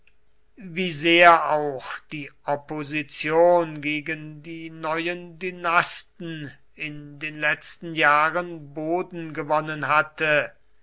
wie sehr auch die opposition gegen die neuen dynasten in den letzten jahren boden gewonnen hatte